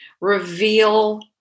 reveal